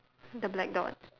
the black dot